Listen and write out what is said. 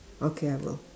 okay I will